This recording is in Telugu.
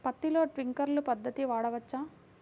పత్తిలో ట్వింక్లర్ పద్ధతి వాడవచ్చా?